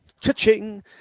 Cha-ching